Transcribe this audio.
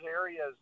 areas